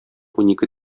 унике